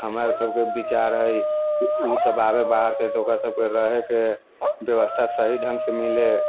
हमरा सभके विचार है कि उ सभ आबै बाहरसँ तऽ ओकरा सभके रहैके व्यवस्था सही ढङ्गसँ मिलै